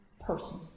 person